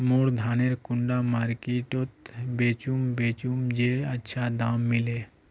मोर धानेर कुंडा मार्केट त बेचुम बेचुम जे अच्छा दाम मिले?